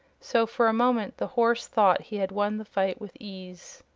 so for a moment the horse thought he had won the fight with ease.